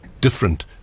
different